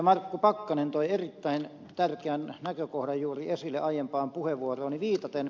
markku pakkanen toi erittäin tärkeän näkökohdan juuri esille aiempaan puheenvuorooni viitaten